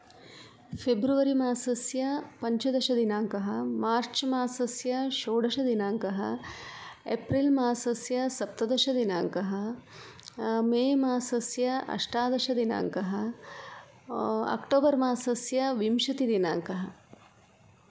फेब्रवरि मासस्य पञ्चदशदिनाङ्कः मार्च् मासस्य षोडशदिनाङ्कः एप्रिल् मासस्य सप्तदशदिनाङ्कः मे मासस्य अष्टादशदिनाङ्कः अक्टोबर् मासस्य विंशतिदिनाङ्कः